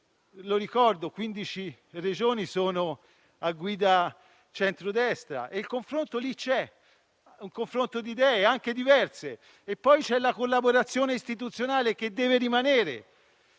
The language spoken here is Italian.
quindici Regioni sono a guida del centrodestra; il confronto lì c'è, un confronto di idee anche diverse. Poi c'è la collaborazione istituzionale, che deve rimanere.